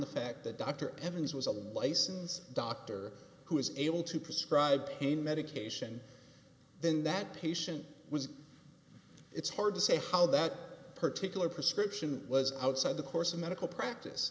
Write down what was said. the fact that dr evans was a bisons doctor who was able to prescribe pain medication then that patient was it's hard to say how that particular prescription was outside the course of medical practice